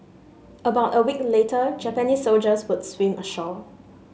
about a week later Japanese soldiers would swim ashore